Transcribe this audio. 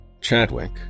Chadwick